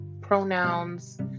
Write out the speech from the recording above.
pronouns